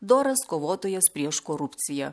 doras kovotojas prieš korupciją